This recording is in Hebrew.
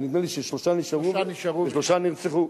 ונדמה לי ששלושה נשארו ושלושה נרצחו.